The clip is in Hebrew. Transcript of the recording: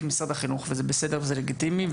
משרד החינוך וזה בסדר וזה לגיטימי,